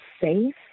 safe